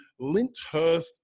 Linthurst